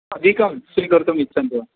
अधिकं स्वीकर्तुमिच्छन्ति वा